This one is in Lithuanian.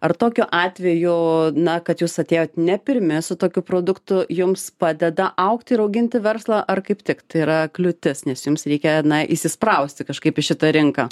ar tokiu atveju na kad jūs atėjot ne pirmi su tokiu produktu jums padeda augti ir auginti verslą ar kaip tik tai yra kliūtis nes jums reikia na įsisprausti kažkaip į šitą rinką